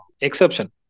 exception